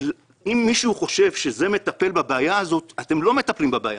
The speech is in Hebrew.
אם מישהו חושב שכך מטפלים בבעיה הזאת הוא טועה.